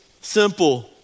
simple